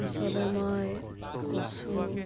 পিছলৈ মই কচু